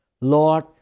Lord